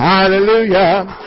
Hallelujah